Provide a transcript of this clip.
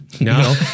No